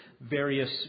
various